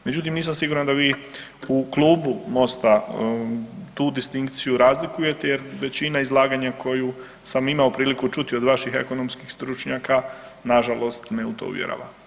Međutim nisam siguran da vi u klubu Mosta tu distinkciju razlikujete jer većina izlaganja koju sam imao priliku čuti od vaših ekonomskih stručnjaka, nažalost me u to uvjerava.